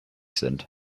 sind